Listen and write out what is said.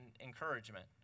encouragement